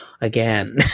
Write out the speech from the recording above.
again